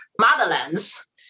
motherlands